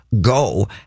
go